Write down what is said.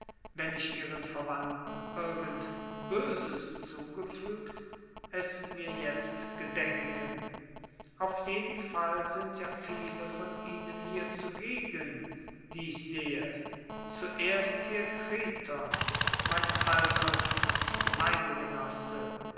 wenn ich ihren verwandten irgend böses zugefügt es mir jetzt gedenken auf jeden fall sind ja viele von ihnen hier zugegen die ich sehe zuerst hier kriton mein alters und